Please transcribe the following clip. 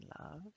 love